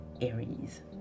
Aries